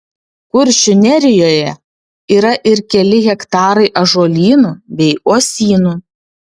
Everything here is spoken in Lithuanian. kuršių nerijoje yra ir keli hektarai ąžuolynų bei uosynų